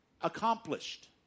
accomplished